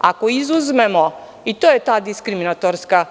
Ako izuzmemo i to je ta diskriminatorska